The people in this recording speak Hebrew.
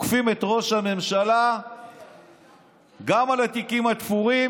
תוקפים את ראש הממשלה גם על התיקים התפורים